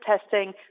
testing